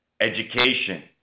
education